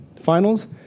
finals